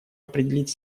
определить